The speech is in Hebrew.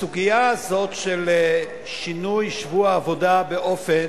הסוגיה הזאת של שינוי שבוע העבודה באופן